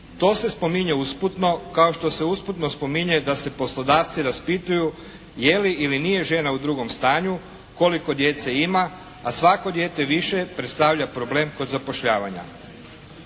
To se spominje usputno kao što se usputno spominje da se poslodavci raspituju je li ili nije žena u drugom stanju, koliko djece ima, a svako dijete više predstavlja problem kod zapošljavanja.